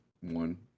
one